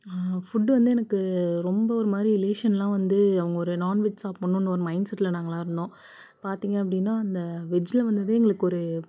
food வந்து எனக்கு ரொம்ப ஒரு மாதிரி ரிலேஷன்லாம் வந்து அவங்க ஒரு நான்வெஜ் சாப்பிடணும்னு ஒரு மைண்ட்செட்டில் நாங்கள்லாம் இருந்தோம் பார்த்தீங்க அப்படின்னா அந்த வெஜ்ஜில் வந்ததே எங்களுக்கு ஒரு